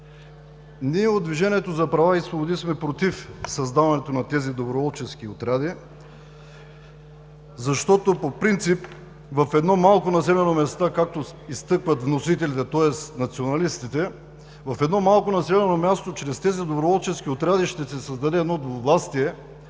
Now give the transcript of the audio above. Ние от „Движението за права и свободи“ сме против създаването на тези доброволчески отряди, защото по принцип, както изтъкват вносителите, тоест националистите, в едно малко населено място чрез тези доброволчески отряди ще се създаде едно двувластие